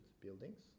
buildings